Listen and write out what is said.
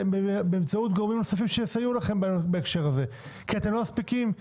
גורמים נוספים שיסייעו לכם בהקשר הזה כי אתם לא מספיקים,